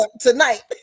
tonight